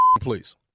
please